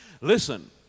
Listen